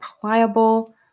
pliable